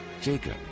jacob